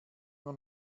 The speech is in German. nur